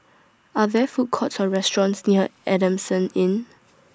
Are There Food Courts Or restaurants near Adamson Inn